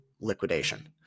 liquidation